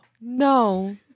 No